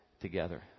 together